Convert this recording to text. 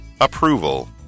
Approval